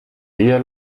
día